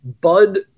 bud